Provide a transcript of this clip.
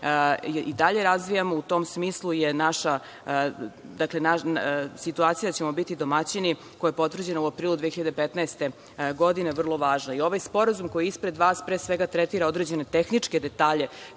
i dalje razvijamo.U tom smislu je naša situacija da ćemo biti domaćini koja je potvrđena u aprilu 2015. godine, vrlo važna. Ovaj sporazum koji je ispred vas, pre svega, tretira određene tehničke detalje